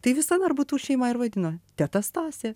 tai visa norbutų šeima ir vadino teta stasė